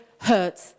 hurt